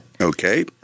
Okay